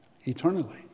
eternally